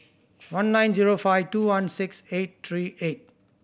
one nine zero five two one six eight three eight